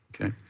okay